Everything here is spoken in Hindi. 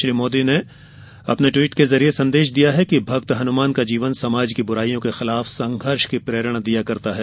श्री मोदी ने ट्वीट के जरिये संदेश दिया है कि भक्त हनुमान का जीवन समाज के बुराइयों के खिलाफ संघर्ष की प्रेरणा देता है